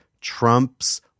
Trump's